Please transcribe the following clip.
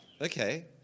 okay